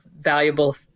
valuable